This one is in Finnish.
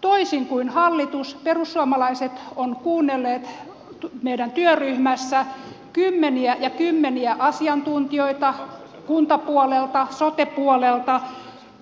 toisin kuin hallitus perussuomalaiset ovat kuunnelleet meidän työryhmässämme kymmeniä ja kymmeniä asiantuntijoita kuntapuolelta sote puolelta